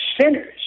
sinners